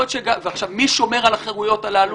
מי שומר על החירויות הללו?